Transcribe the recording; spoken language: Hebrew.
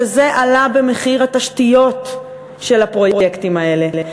שזה עלה במחיר התשתיות של הפרויקטים האלה,